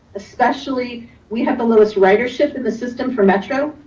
especially we have the lowest ridership in the system for metro.